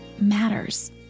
matters